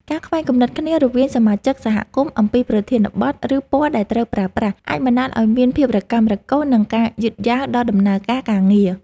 ការខ្វែងគំនិតគ្នារវាងសមាជិកសហគមន៍អំពីប្រធានបទ ឬពណ៌ដែលត្រូវប្រើប្រាស់ អាចបណ្តាលឱ្យមានភាពរកាំរកូស និងការយឺតយ៉ាវដល់ដំណើរការការងារ។